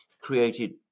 created